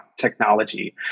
technology